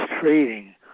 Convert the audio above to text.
trading